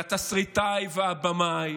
והתסריטאי והבמאי